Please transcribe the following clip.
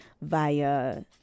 via